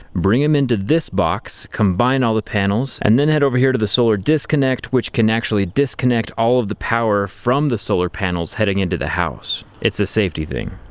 bring them into this box, combine all the panels, and then head over here to the solar disconnect which can actually disconnect all of the power from the solar panels heading into the house. it's a safety thing.